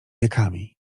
wiekami